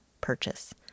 purchase